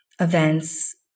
events